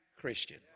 Christian